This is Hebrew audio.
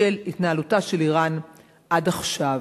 בשל התנהלותה של אירן עד עכשיו.